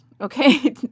okay